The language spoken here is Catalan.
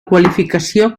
qualificació